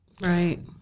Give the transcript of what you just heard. Right